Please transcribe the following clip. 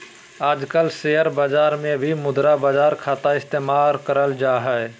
आजकल शेयर बाजार मे भी मुद्रा बाजार खाता इस्तेमाल करल जा हय